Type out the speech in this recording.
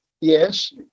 yes